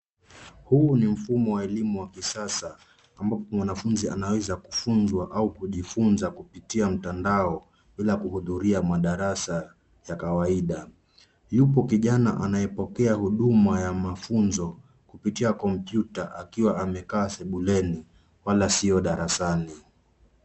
Huu ni mfumo wa elimu wa kisasa ambapo mwanafunzi anaweza kufunzwa au kujifunza kupitia mtandao bila kuhudhuria madarasa ya kawaida. Yupo kijana anayepokea huduma ya mafunzo kupitia kompyuta akiwa amekaa sebuleni wala sio darasani.